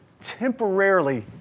temporarily